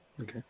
Okay